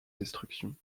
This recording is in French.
destruction